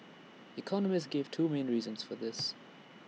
economists gave two main reasons for this